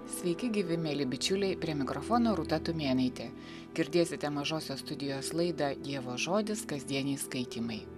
sveiki gyvi mieli bičiuliai prie mikrofono rūta tumėnaitė girdėsite mažosios studijos laidą dievo žodis kasdieniai skaitymai